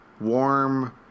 warm